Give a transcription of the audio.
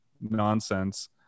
nonsense